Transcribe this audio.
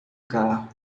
carro